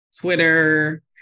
Twitter